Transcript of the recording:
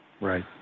Right